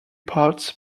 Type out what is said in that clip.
parts